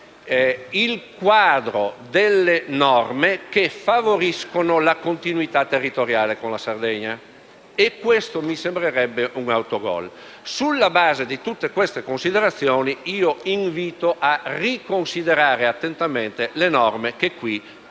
il quadro delle norme che favoriscono la continuità territoriale con la Sardegna. Questo mi sembrerebbe un autogol. Sulla base di tutte queste considerazioni, invito a riconsiderare attentamente le norme che qui ci vengono